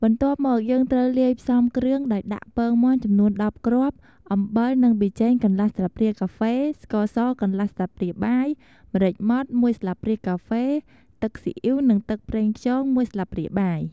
បន្ទាប់មក យើងត្រូវលាយផ្សំគ្រឿងដោយដាក់ ពងមាន់ចំនួន១០គ្រាប់ អំបិលនិងប៊ីចេង កន្លះស្លាបព្រាកាហ្វេ ស្ករសកន្លះស្លាបព្រាបាយ ម្រេចម៉ដ្ឋ១ស្លាបព្រាកាហ្វេ ទឹកស៊ីអ៉ីវនិងទឹកប្រេងខ្យង ១ស្លាបព្រាបាយ។